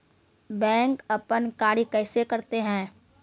Bank अपन कार्य कैसे करते है?